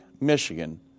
Michigan